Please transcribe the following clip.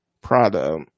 product